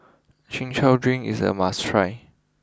Chin Chow drink is a must try